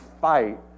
fight